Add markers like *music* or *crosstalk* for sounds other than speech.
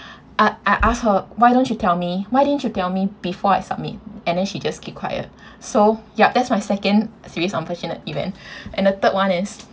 I I asked her why don't you tell me why didn't you tell me before I submit and then she just keep quiet *breath* so yup that's my second series unfortunate event *breath* and the third one is